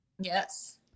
yes